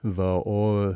va o